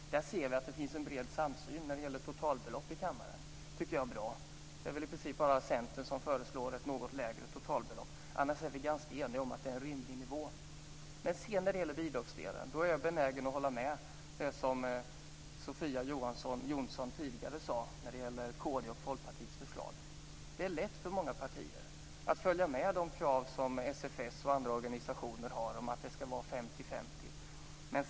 När det gäller totalbelopp finns det en bred samsyn i kammaren. Det tycker jag är bra. Det är väl i princip bara Centern som föreslår ett något lägre totalbelopp. Annars är vi ganska eniga om att det är en rimlig nivå. Men när det gäller bidragsdelen är jag benägen att hålla med Sofia Jonsson i det hon tidigare sade om Kristdemokraternas och Folkpartiets förslag. Det är lätt för många partier att följa de krav som SFS och andra organisationer driver om att det ska vara 50/50.